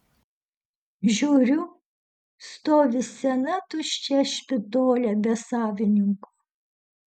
žiūriu stovi sena tuščia špitolė be savininko